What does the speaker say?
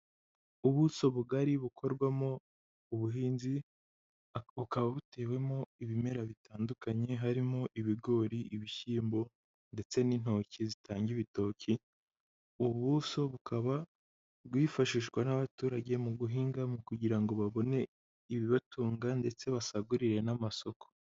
Ubuso bugari bukorwamo ubuhinzi, bukaba butewemo ibimera bitandukanye, harimo ibigori, ibishyimbo ndetse n'intoki zitanga ibitoki. Ubu buso bukaba bwifashishwa n'abaturage mu guhinga, kugira ngo babone ibibatunga ndetse basagurire n'amasoko.